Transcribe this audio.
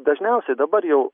dažniausiai dabar jau